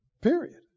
Period